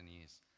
years